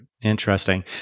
Interesting